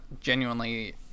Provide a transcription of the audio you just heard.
genuinely